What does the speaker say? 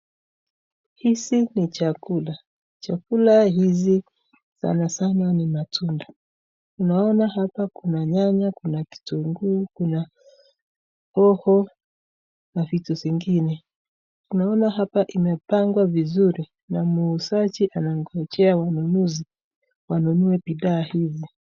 Hizi ni chakula, chakula hizi sana sana ni matunda. Tunaona hapa Kuna nyanya, Kuna kitunguu, Kuna hoho na vitu zingine. Tunaona hapa imepangwa vizuri na muuzaji anang'ojea wanunuzi wanunue bidhaa hizi.